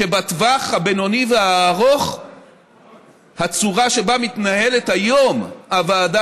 שבטווח הבינוני והארוך הצורה שבה מתנהלת היום הוועדה